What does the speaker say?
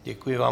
Děkuji vám.